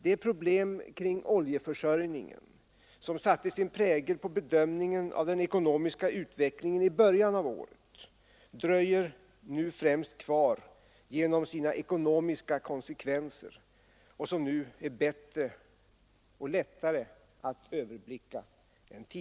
De problem kring oljeförsörjningen som satte sin prägel på bedömningen av den ekonomiska utvecklingen i början av året dröjer nu främst kvar genom sina ekonomiska konsekvenser, som nu bättre kan överblickas.